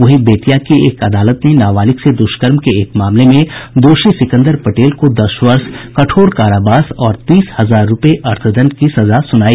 वहीं बेतिया की एक अदालत ने नाबालिग से दुष्कर्म के एक मामले में दोषी सिकंदर पटेल को दस वर्ष कठोर कारावास और तीस हजार रूपये अर्थदंड की सजा सुनाई